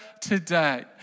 today